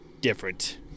different